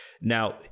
Now